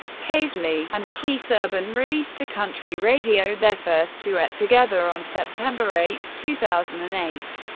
paisley and keith urban released to country radio their first duet together on september eight, two thousand and eight,